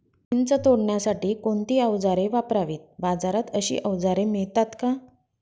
चिंच तोडण्यासाठी कोणती औजारे वापरावीत? बाजारात अशी औजारे मिळतात का?